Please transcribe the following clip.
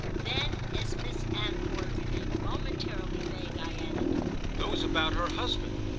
then as miss anvoy remained momentarily vague i added those about her husband.